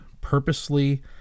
purposely